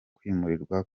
kwimurwa